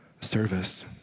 service